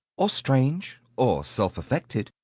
or strange, or self-affected.